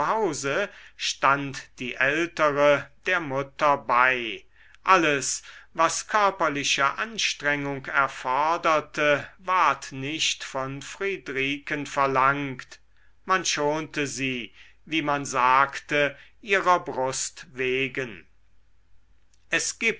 stand die ältere der mutter bei alles was körperliche anstrengung erforderte ward nicht von friedriken verlangt man schonte sie wie man sagte ihrer brust wegen es